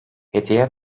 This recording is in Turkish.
hediye